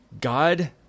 God